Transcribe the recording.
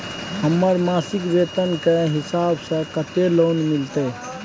हमर मासिक वेतन के हिसाब स कत्ते लोन मिलते?